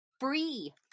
free